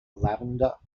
lavender